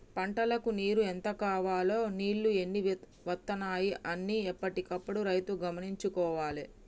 పంటలకు నీరు ఎంత కావాలె నీళ్లు ఎన్ని వత్తనాయి అన్ని ఎప్పటికప్పుడు రైతు గమనించుకోవాలె